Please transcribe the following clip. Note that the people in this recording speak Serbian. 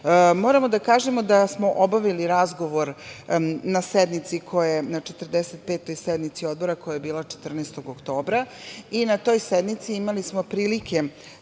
da kažemo da smo obavili razgovor na 45. sednici Odbora koja je bila 14. oktobra i na toj sednici imali smo prilike